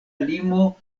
limo